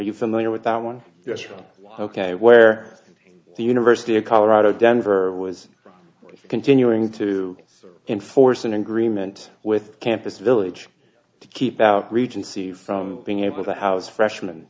you familiar with that one yes right ok where the university of colorado denver was continuing to enforce an agreement with campus village to keep out regency from being able to house freshman